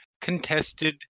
contested